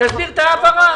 תסביר את ההעברה.